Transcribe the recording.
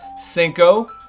cinco